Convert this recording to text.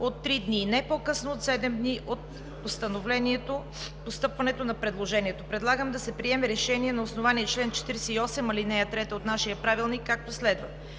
от три дни и не по-късно от седем дни от постъпването на предложението, да се приеме решение на основание чл. 48, ал. 3 от нашия Правилник, както следва: